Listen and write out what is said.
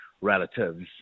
relatives